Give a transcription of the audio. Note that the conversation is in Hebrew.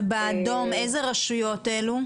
ובאדום איזו רשויות אלו?